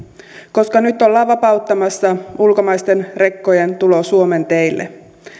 koska nyt ollaan vapauttamassa ulkomaisten rekkojen tulo suomen teille